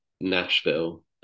nashville